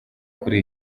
kuri